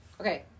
Okay